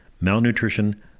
malnutrition